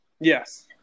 Yes